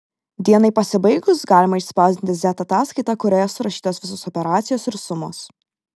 dienai pasibaigus galima išspausdinti z ataskaitą kurioje surašytos visos operacijos ir sumos